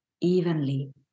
evenly